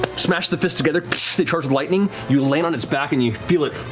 smash the fists together, they charge with lightning, you land on its back and you feel it